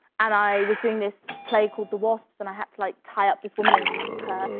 and i was doing this play called the wasps, and i had to like tie up this woman and trap her,